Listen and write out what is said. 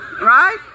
right